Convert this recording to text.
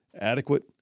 adequate